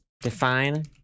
Define